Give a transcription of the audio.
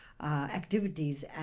activities